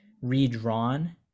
redrawn